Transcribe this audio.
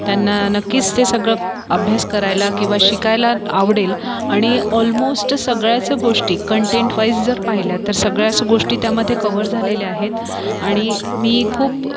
त्यांना नक्कीच ते सगळं अभ्यास करायला किंवा शिकायला आवडेल आणि ऑलमोस्ट सगळ्याच गोष्टी कंटेंटवाइज जर पाहिल्या तर सगळ्याच गोष्टी त्यामध्ये कव्हर झालेल्या आहेत आणि मी खूप